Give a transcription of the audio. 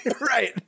Right